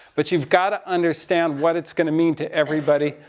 but you've gotta understand what it's going to mean to everybody,